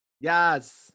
yes